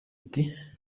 ati